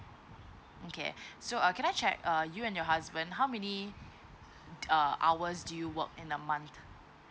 okay so uh can I check err you and your husband how many err hours do you work in a month